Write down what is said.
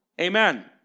amen